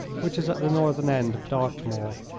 which is at the northern end of dartmoor.